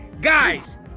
Guys